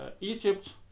Egypt